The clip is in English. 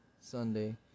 Sunday